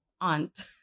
aunt